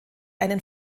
einen